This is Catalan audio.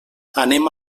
anem